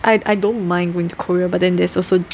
I I don't mind going to Korea but then there's also